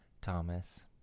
Thomas